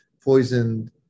poisoned